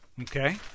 Okay